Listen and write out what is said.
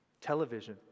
Television